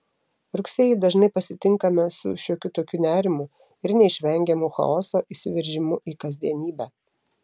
rugsėjį dažnai pasitinkame su šiokiu tokiu nerimu ir neišvengiamu chaoso įsiveržimu į kasdienybę